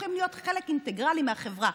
הופכים להיות חלק אינטגרלי מהחברה.